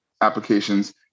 applications